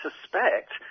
suspect